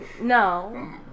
No